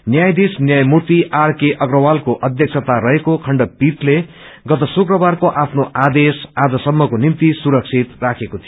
न्यायाधीश न्यायमूर्ति आरके अग्रवालको अध्यक्षता रहेको खण्डपीठले गत शुक्रबारको आफ्नो आदेश आजसम्मको निम्ति सुरक्षित राखेको थियो